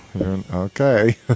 okay